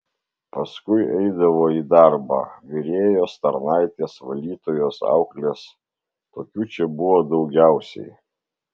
paskui eidavo į darbą virėjos tarnaitės valytojos auklės tokių čia buvo daugiausiai